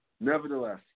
nevertheless